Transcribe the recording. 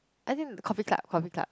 I think coffee club coffee club